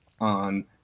on